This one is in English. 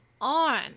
On